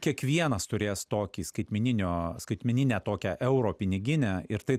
kiekvienas turės tokį skaitmeninio skaitmeninę tokią euro piniginę ir tai